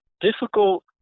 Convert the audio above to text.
difficult